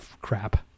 crap